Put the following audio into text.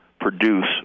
produce